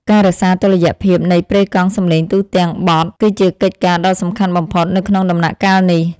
ការរក្សាតុល្យភាពនៃប្រេកង់សំឡេងទូទាំងបទគឺជាកិច្ចការដ៏សំខាន់បំផុតនៅក្នុងដំណាក់កាលនេះ។